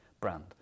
brand